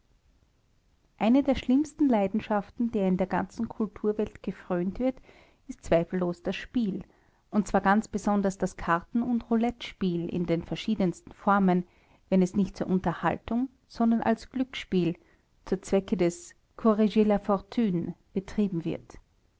eine der schlimmsten leidenschaften der in der ganzen kulturwelt gefrönt wird ist zweifellos das spiel und zwar ganz besonders das karten und roulettespiel in den verschiedensten formen wenn es nicht zur unterhaltung sondern als glücksspiel zum zwecke des corriger la fortune betrieben wird